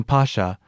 Pasha